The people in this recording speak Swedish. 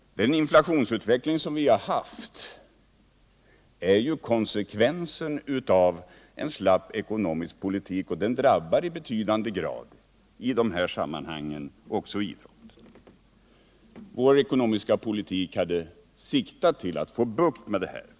Den inflationsutveckling som vi har haft är ju konsekvensen av en slapp ekonomisk politik från regeringens och den borgerliga riksdagsmajoritetens sida. I betydande grad drabbas också idrotten härav. Vår ekonomiska politik har siktat till att få bukt med inflationen.